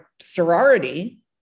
sorority